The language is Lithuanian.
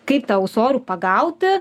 kaip tą ūsorių pagauti